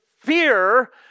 fear